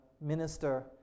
minister